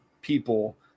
people